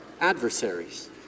adversaries